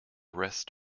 rest